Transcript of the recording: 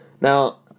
Now